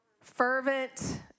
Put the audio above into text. Fervent